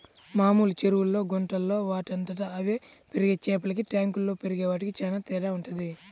మామూలు చెరువుల్లో, గుంటల్లో వాటంతట అవే పెరిగే చేపలకి ట్యాంకుల్లో పెరిగే వాటికి చానా తేడా వుంటది